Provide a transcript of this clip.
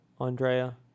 Andrea